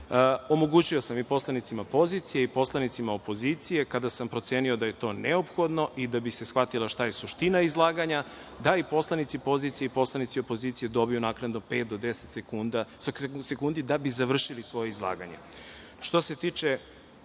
omogućio sam i poslanicima pozicije i poslanicima opozicije, kada sam procenio da je to neophodno i da bi se shvatila šta je suština izlaganja, da i poslanici i poslanici opozicije dobiju naknadno pet do 10 sekundi da bi izvršili svoje izlaganje. Što